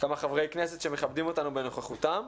כמה חברי כנסת שמכבדים אותנו בנוכחותם,